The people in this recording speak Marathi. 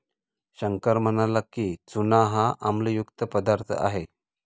शंकर म्हणाला की, चूना हा आम्लयुक्त पदार्थ आहे